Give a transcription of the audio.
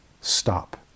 stop